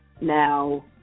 now